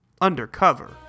Undercover